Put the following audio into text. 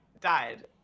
died